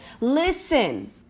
Listen